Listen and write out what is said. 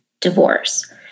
divorce